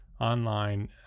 online